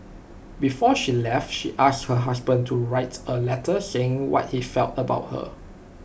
before she left she asked her husband to write A letter saying what he felt about her